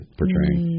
portraying